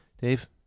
Dave